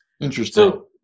Interesting